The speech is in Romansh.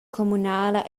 communala